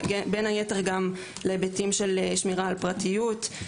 בין היתר גם להיבטים של שמירה על הפרטיות.